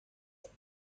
بروم